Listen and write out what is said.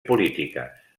polítiques